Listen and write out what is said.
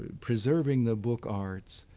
ah preserving the book arts,